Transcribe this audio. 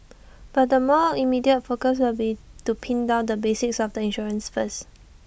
but the more immediate focus will be to pin down the basics of the insurance first